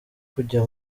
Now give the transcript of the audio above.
kujya